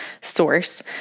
source